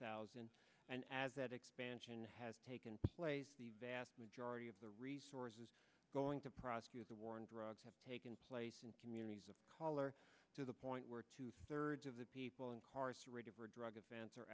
thousand and as that expansion has taken place the vast majority of the resources going to prosecute the war on drugs have taken place in communities of color to the point where two thirds of the people incarcerated for drug